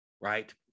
right